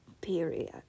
period